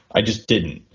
i just didn't.